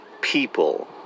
people